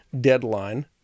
deadline